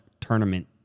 tournament